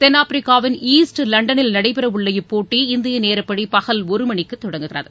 தென்னாப்பிரிக்காவின் ஈஸ்ட் லண்டனில் நடைபெறஉள்ள இப்போட்டி இந்தியநேரப்படிபகல் ஒருமணிக்குதொடங்குகிறது